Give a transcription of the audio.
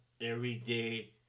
everyday